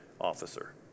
officer